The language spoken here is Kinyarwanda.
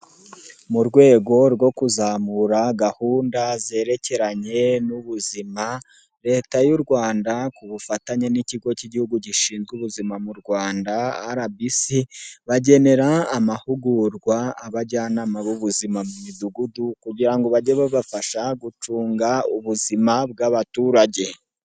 Mu rwego rwo kuzamura gahunda zerekeranye n'ubuzima, leta y'u Rwanda ku bufatanye n' ikigo k'igihugu gishinzwe ubuzima mu Rwanda RBC, bagenera amahugurwa abajyanama b'ubuzima mu midugudu kugira ngo bajye babafasha gucunga ubuzima bw'abaturage.